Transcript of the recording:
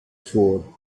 vor